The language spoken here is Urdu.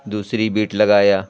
دوسری بٹ لگایا